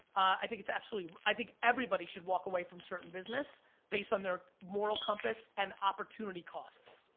i think it's absolutely, i think everybody should walk away from certain business based on their moral compass, and opportunity costs.